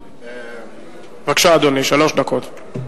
בבקשה, אדוני, שלוש דקות.